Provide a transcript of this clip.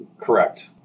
Correct